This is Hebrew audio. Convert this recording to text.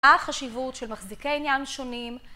מה החשיבות של מחזיקי עניין שונים?